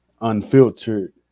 unfiltered